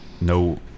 no